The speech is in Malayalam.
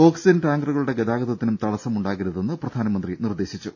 ഓക്സിജൻ ടാങ്കറുകളുടെ ഗതാഗതത്തിനും തടസ്സമുണ്ടാകരുതെന്ന് പ്രധാനമന്ത്രി നിർദ്ദേശിച്ചു